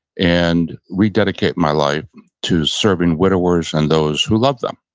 and rededicate my life to serving widowers and those who love them.